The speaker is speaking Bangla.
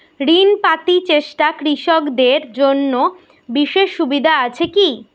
ঋণ পাতি চেষ্টা কৃষকদের জন্য বিশেষ সুবিধা আছি কি?